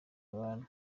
abana